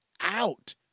out